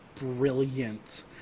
brilliant